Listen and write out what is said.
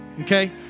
Okay